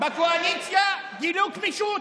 בקואליציה גילו גמישות